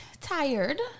tired